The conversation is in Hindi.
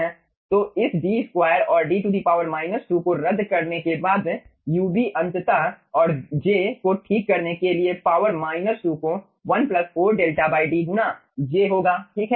तो इस D2 और D 2 को रद्द करने के बाद ub अंततः और j को ठीक करने के लिए पावर माइनस 2 को 1 4 𝛿 D गुणा j होगा ठीक है